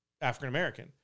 African-American